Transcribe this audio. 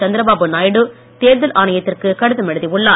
சந்திரபாபு நாயுடு தேர்தல் ஆணையத்திற்கு கடிதம் எழுதியுள்ளார்